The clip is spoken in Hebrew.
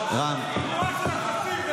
אתם חבורה של אפסים,